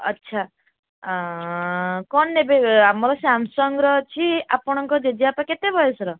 ଆଚ୍ଛା କଣ ନେବେ ଆମର ସ୍ୟାମସଙ୍ଗ୍ ର ଅଛି ଆପଣଙ୍କ ଜେଜେବାପା କେତେ ବୟସର